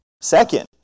Second